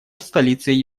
столицей